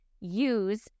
use